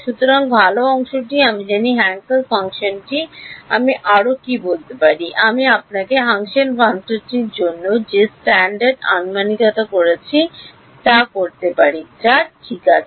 সুতরাং ভাল অংশটি আমি জানি হান্কেল ফাংশনটি আমি আরও কী বলতে পারি আমি আপনার হান্কেল ফাংশনটির জন্য যে স্ট্যান্ডার্ড আনুমানিকতা করেছি তা করতে পারি যা ঠিক আছে